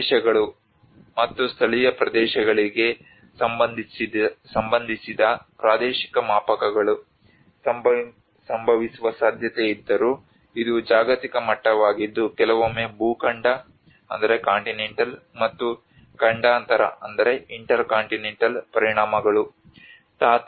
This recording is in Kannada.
ಪ್ರದೇಶಗಳು ಮತ್ತು ಸ್ಥಳೀಯ ಪ್ರದೇಶಗಳಿಗೆ ಸಂಬಂಧಿಸಿದ ಪ್ರಾದೇಶಿಕ ಮಾಪಕಗಳು ಸಂಭವಿಸುವ ಸಾಧ್ಯತೆ ಇದ್ದರೂ ಇದು ಜಾಗತಿಕ ಮಟ್ಟವಾಗಿದ್ದು ಕೆಲವೊಮ್ಮೆ ಭೂಖಂಡ ಮತ್ತು ಖಂಡಾಂತರ ಪರಿಣಾಮಗಳು